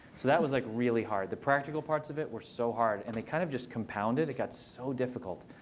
so that was like really hard. the practical parts of it were so hard. and they kind of just compounded. it got so difficult.